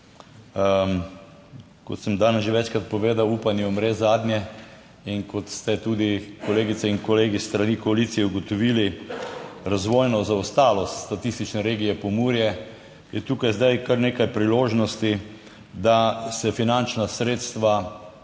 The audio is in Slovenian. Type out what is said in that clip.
Kot sem danes že večkrat povedal, upanje umre zadnje. In kot ste tudi kolegice in kolegi s strani koalicije ugotovili razvojno zaostalost statistične regije Pomurje, je tukaj zdaj kar nekaj priložnosti, da se finančna sredstva